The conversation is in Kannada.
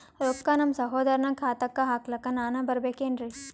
ರೊಕ್ಕ ನಮ್ಮಸಹೋದರನ ಖಾತಾಕ್ಕ ಹಾಕ್ಲಕ ನಾನಾ ಬರಬೇಕೆನ್ರೀ?